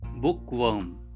Bookworm